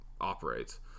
operates